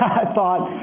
i thought,